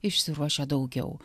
išsiruošia daugiau